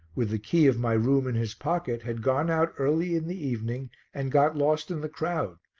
with the key of my room in his pocket, had gone out early in the evening and got lost in the crowd,